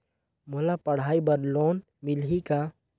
मोला पढ़ाई बर लोन मिलही का?